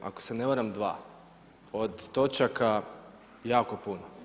Ako se ne varam 2. Od točaka jako puno.